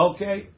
Okay